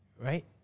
right